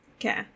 Okay